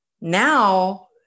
Now